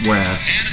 West